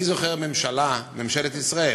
אני זוכר ממשלה, ממשלת ישראל,